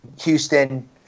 Houston